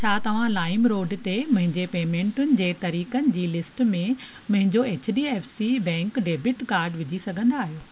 छा तव्हां LimeRoad ते मुंहिंजी पेमेंटुनि जे तरीक़नि जी लिस्ट में मुंहिंजो H D F C bank debit card विझी सघंदा आहियो